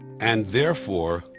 and therefore,